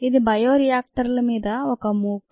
ఇది బయోరియాక్టర్ల మీద ఒక మూక్